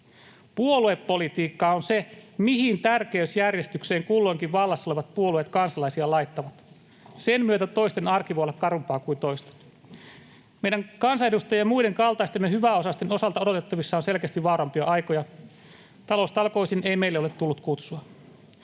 Puoluepolitiikkaa on se, mihin tärkeysjärjestykseen kulloinkin vallassa olevat puolueet kansalaisia laittavat. Sen myötä toisten arki voi olla karumpaa kuin toisten. Meidän kansanedustajien ja muiden kaltaistemme hyväosaisten osalta odotettavissa on selkeästi vauraampia aikoja. Taloustalkoisiin ei meille ole tullut kutsua.